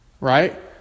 Right